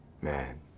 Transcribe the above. man